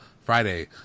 Friday